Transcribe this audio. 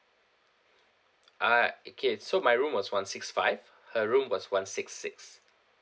ah okay so my room was one six five her room was one six six